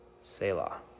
Selah